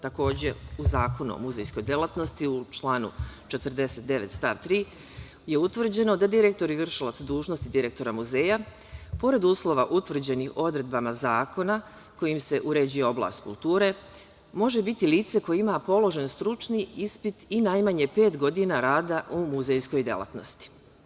Takođe, u Zakonu o muzejskoj delatnosti u članu 49. stav 3. je utvrđeno da direktor i vršilac dužnosti direktora muzeja, pored uslova utvrđenih odredbama zakona kojim se uređuje oblast kulture, može biti lice koje ima položen stručni ispit i najmanje pet godina rada u muzejskoj delatnosti.